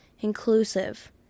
inclusive